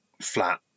flat